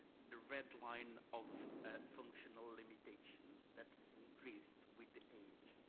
the red line of functional limitations that is increased with age.